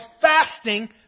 fasting